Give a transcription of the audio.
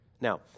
Now